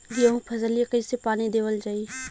गेहूँक फसलिया कईसे पानी देवल जाई?